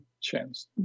chance